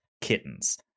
kittens